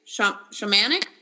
shamanic